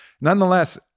nonetheless